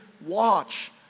watch